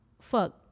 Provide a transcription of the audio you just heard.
fuck